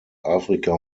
afrika